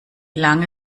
lange